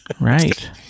right